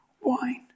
wine